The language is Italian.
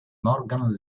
morgan